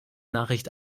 nachricht